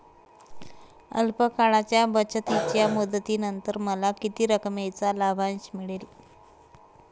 अल्प काळाच्या बचतीच्या मुदतीनंतर मला किती रकमेचा लाभांश मिळेल?